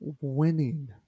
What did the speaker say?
winning